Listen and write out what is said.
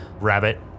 rabbit